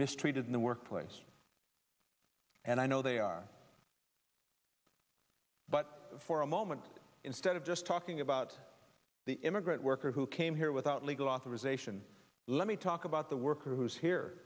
mistreated in the workplace and i know they are but for a moment instead of just talking about the immigrant worker who came here without legal authorization let me talk about the worker who is here